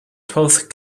twelfth